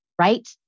right